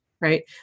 Right